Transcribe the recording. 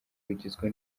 rugizwe